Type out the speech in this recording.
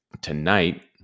tonight